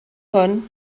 hwn